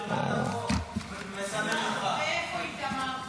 לך את החוק --- איפה טעית בדרך?